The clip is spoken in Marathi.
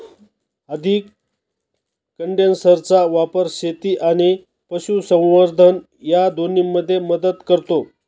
अधिक कंडेन्सरचा वापर शेती आणि पशुसंवर्धन या दोन्हींमध्ये मदत करतो